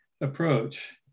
approach